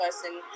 person